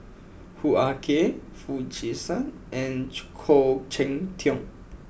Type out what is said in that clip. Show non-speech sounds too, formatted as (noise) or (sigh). Hoo Ah Kay Foo Chee San and (noise) Khoo Cheng Tiong